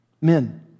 Men